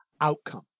outcome